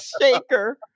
shaker